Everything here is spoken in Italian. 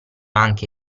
anche